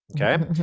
okay